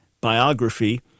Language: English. biography